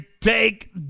take